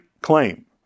claim